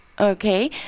Okay